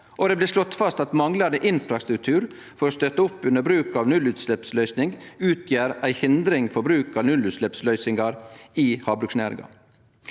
det blir slått fast at manglande infrastruktur for å støtte opp under bruk av nullutsleppsløysing utgjer ei hindring for bruk av nullutsleppsløysingar i havbruksnæringa.